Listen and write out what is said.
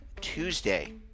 Tuesday